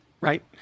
right